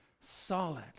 solid